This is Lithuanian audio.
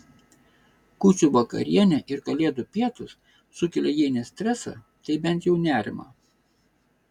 kūčių vakarienė ir kalėdų pietūs sukelia jei ne stresą tai bent jau nerimą